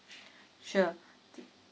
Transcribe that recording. sure